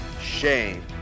Shame